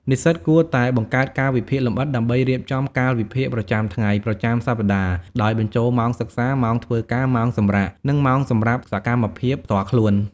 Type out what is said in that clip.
និស្សិតគួរតែបង្កើតកាលវិភាគលម្អិត ដើម្បីរៀបចំកាលវិភាគប្រចាំថ្ងៃ ប្រចាំសប្ដាហ៍ ដោយបញ្ចូលម៉ោងសិក្សា ម៉ោងធ្វើការ ម៉ោងសម្រាក និងម៉ោងសម្រាប់សកម្មភាពផ្ទាល់ខ្លួន។